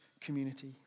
community